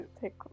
take